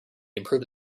improved